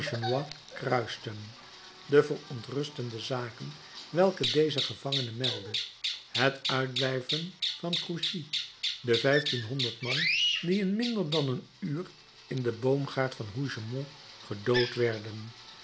kruisten de verontrustende zaken welke deze gevangene meldde het uitblijven van grouchy de vijftienhonderd man die in minder dan een uur in den boomgaard van hougomont gedood werden